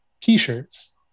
t-shirts